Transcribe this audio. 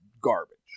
Garbage